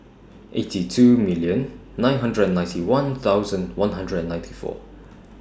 eighty two million nine hundred and ninety one thousand one hundred and ninety four